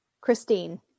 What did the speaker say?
Christine